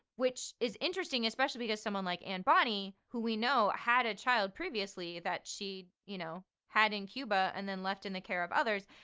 which is interesting especially because someone like anne bonny who we know had a child previously that she, you know, had in cuba and then left in the care of others,